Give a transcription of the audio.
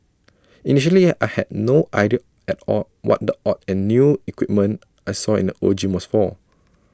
initially I had no idea at all what the odd and new equipment I saw in the old gym was for